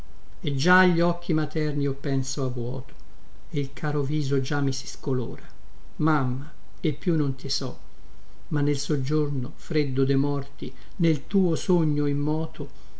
giorno già gli occhi materni io penso a vuoto il caro viso già mi si scolora mamma e più non ti so ma nel soggiorno freddo de morti nel tuo sogno immoto